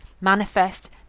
manifest